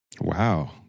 Wow